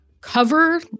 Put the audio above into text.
cover